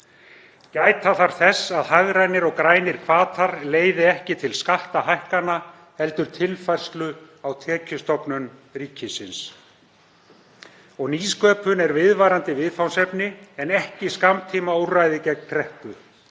Gæta þarf þess að hagrænir og grænir hvatar leiði ekki til skattahækkana heldur tilfærslu á tekjustofnum ríkisins. Nýsköpun er viðvarandi viðfangsefni en ekki skammtímaúrræði gegn kreppu.